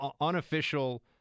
unofficial